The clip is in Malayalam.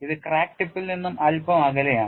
ഇത് ക്രാക്ക് ടിപ്പിൽ നിന്ന് അൽപ്പം അകലെയാണ്